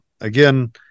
again